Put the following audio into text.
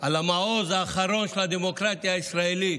במעוז האחרון של הדמוקרטיה הישראלית.